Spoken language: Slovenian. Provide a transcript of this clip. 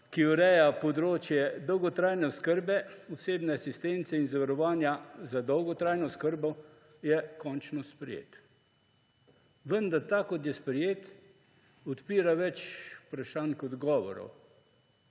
ki ureja področje dolgotrajne oskrbe, osebne asistence in zavarovanja za dolgotrajno oskrbo, je končno sprejet. Vendar tak, kot je sprejet, odpira več vprašanj kot odgovorov.